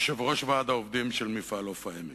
יושב-ראש ועד העובדים של מפעל 'עוף העמק'.